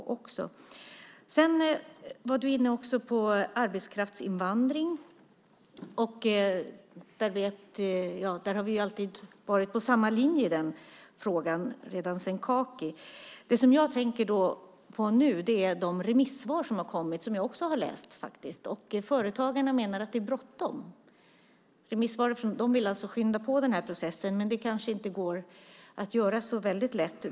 Tobias Billström var inne på frågan om arbetskraftsinvandring. Vi har alltid varit inne på samma linje i den frågan. Jag tänker på de remissvar som har kommit in och som jag faktiskt också har läst. Företagen menar att det är bråttom. De vill skynda på processen, men det kanske inte går så lätt.